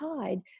tide